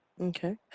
Okay